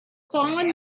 fallen